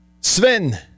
Sven